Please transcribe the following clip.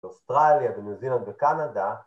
‫באוסטרליה, בניו זילנד, ובקנדה